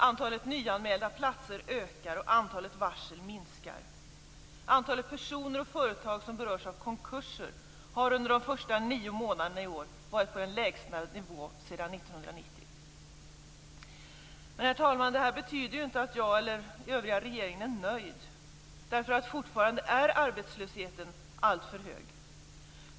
Antalet nyanmälda platser ökar, och antalet varsel minskar. Antalet personer och företag som berörs av konkurser har under de första nio månaderna i år varit på den lägsta nivån sedan 1990. Herr talman! Det här betyder inte att jag eller övriga regeringen är nöjd. Fortfarande är arbetslösheten alltför hög.